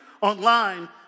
online